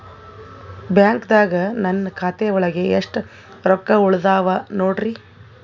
ಬ್ಯಾಂಕ್ದಾಗ ನನ್ ಖಾತೆ ಒಳಗೆ ಎಷ್ಟ್ ರೊಕ್ಕ ಉಳದಾವ ನೋಡ್ರಿ?